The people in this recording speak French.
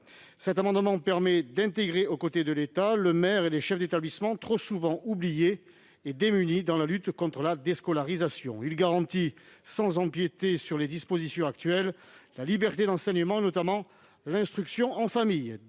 Cet amendement vise à intégrer, aux côtés de l'État, le maire et les chefs d'établissement, trop souvent oubliés et démunis dans la lutte contre la déscolarisation. Il tend à garantir, sans empiéter sur les dispositions actuelles, la liberté d'enseignement, notamment l'instruction en famille.